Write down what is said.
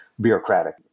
bureaucratic